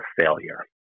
failure